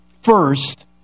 first